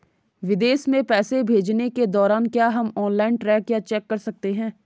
विदेश में पैसे भेजने के दौरान क्या हम ऑनलाइन ट्रैक या चेक कर सकते हैं?